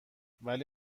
ولی